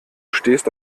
stehst